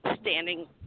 standing